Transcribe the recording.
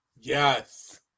Yes